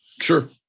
Sure